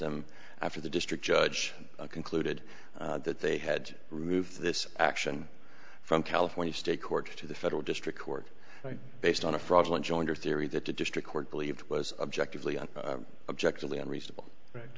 them after the district judge concluded that they had removed this action from california state court to the federal district court based on a fraudulent joinder theory that the district court believed it was objectively and objectively unreasonable right